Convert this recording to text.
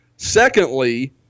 Secondly